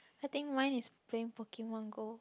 I think mine is playing Pokemon Go